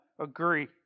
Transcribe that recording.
agree